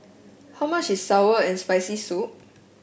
how much is sour and Spicy Soup